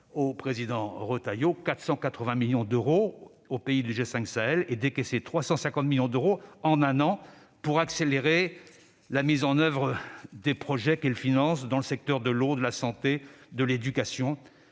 développement a octroyé 480 millions d'euros aux pays du G5 Sahel et décaissé 350 millions d'euros en un an pour accélérer la mise en oeuvre des projets qu'elle finance dans le secteur de l'eau, de la santé et de l'éducation,